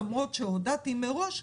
למרות שהודעתי מראש,